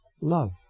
love